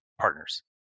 Partners